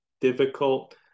difficult